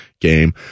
game